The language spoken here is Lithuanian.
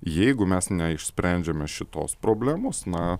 jeigu mes neišsprendžiame šitos problemos na